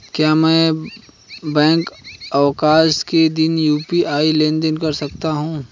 क्या मैं बैंक अवकाश के दिन यू.पी.आई लेनदेन कर सकता हूँ?